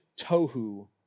tohu